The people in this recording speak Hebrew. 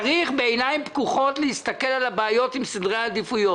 צריך להסתכל בעיניים פקוחות על הבעיות עם סדרי העדיפויות.